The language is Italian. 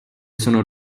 sono